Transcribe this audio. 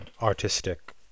artistic